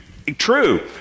True